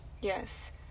Yes